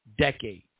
decade